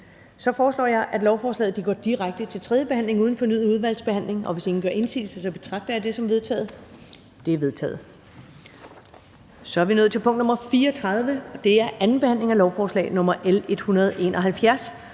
Jeg foreslår, at lovforslaget går direkte til tredje behandling uden fornyet udvalgsbehandling. Hvis ingen gør indsigelse, betragter jeg det som vedtaget. Det er vedtaget. --- Det næste punkt på dagsordenen er: 43) 2. behandling af lovforslag nr.